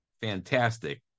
fantastic